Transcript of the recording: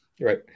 right